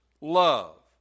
love